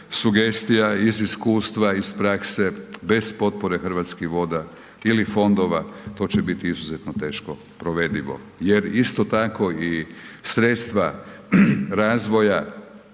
sugestija iz iskustva, iz prakse, bez potpore Hrvatskih voda ili fondova to će biti izuzetno teško provedivo. Jer isto tako i sredstva razvoja